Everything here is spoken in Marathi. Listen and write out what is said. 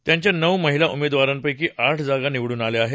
त्यांच्या नऊ महिला उमेदवारांपैकी आठ जागा निवडून आल्या आहेत